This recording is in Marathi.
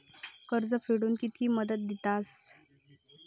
कर्ज फेडूक कित्की मुदत दितात?